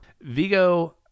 Vigo